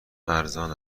ارزان